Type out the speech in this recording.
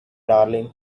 darling